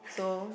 so